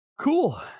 cool